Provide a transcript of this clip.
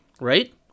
Right